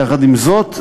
יחד עם זאת,